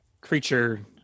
creature